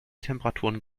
temperaturen